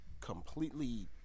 completely